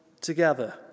together